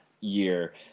year